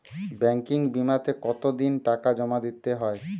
Banking বিমাতে কত দিন টাকা জমা দিতে হয়?